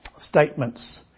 statements